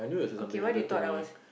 okay what did you thought I was